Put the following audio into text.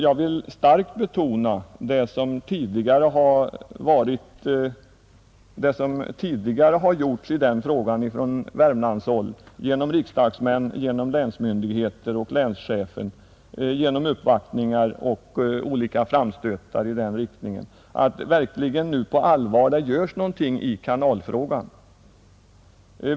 Jag vill starkt betona det som tidigare gjorts i denna fråga från Värmlandshåll genom riksdagsmän, länsmyndigheter och länschefen, genom uppvaktningar och olika framställningar i den riktningen att det nu på allvar måste ske någonting i kanalfrågan.